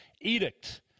edict